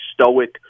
stoic